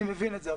אני מבין את זה,